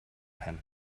pen